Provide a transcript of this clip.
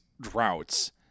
droughts